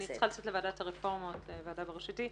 אני צריכה לצאת לוועדת הרפורמה, הוועדה בראשותי.